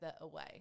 away